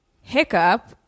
hiccup